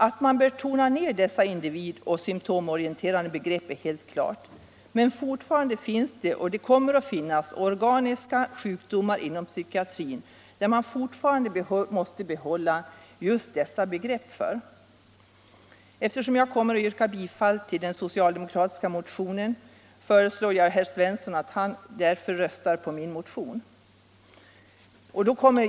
Att man bör tona ned dessa individoch symtomorienterade begrepp är helt klart, men fortfarande finns det och kommer det att finnas organiska sjukdomar där man måste uppehålla just dessa begrepp inom psykiatrin. Eftersom jag kommer att yrka bifall till den socialdemokratiska motionen föreslår jag herr Svensson att han röstar på min motion.